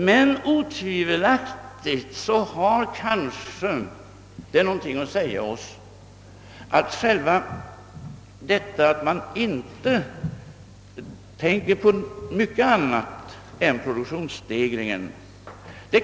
Men otvivelaktigt kan det förhållandet vilseleda oss, att vi inte tänker på mycket annat än produktionsstegringen.